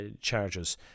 charges